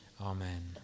Amen